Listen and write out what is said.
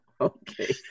Okay